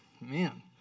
Man